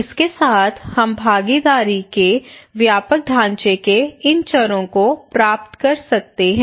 इसके साथ हम भागीदारी के व्यापक ढांचे के इन चरों को प्राप्त कर सकते हैं